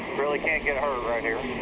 really can't get hurt right here.